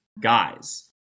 guys